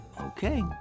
Okay